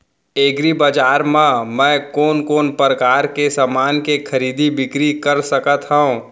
एग्रीबजार मा मैं कोन कोन परकार के समान के खरीदी बिक्री कर सकत हव?